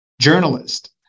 journalist